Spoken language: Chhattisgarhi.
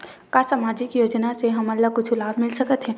का सामाजिक योजना से हमन ला कुछु लाभ मिल सकत हे?